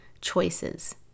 choices